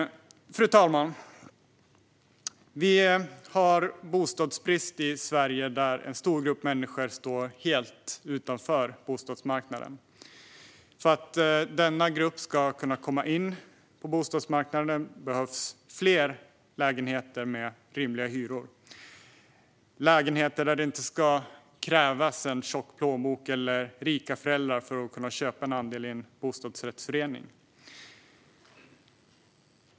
Fru talman! Vi har bostadsbrist i Sverige. En stor grupp människor står helt utanför bostadsmarknaden. För att denna grupp ska kunna komma in på bostadsmarknaden behövs det fler lägenheter med rimliga hyror. Det ska inte krävas en tjock plånbok eller rika föräldrar som gör att man kan köpa en andel i en bostadsrättsförening.